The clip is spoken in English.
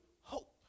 hope